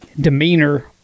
demeanor